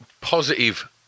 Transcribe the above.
positive